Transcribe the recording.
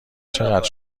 چقدر